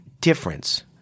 difference